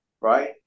right